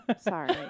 sorry